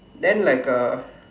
then like a